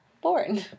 born